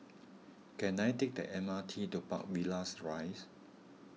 can I take the M R T to Park Villas Rise